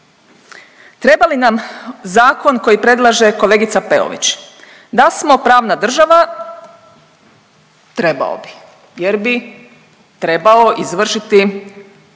Treba li nam zakon koji predlaže kolegica Peović? Da smo pravna država trebao bi jer bi trebao izvršiti